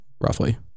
roughly